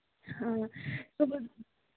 ꯑ